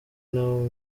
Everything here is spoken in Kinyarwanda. n’abo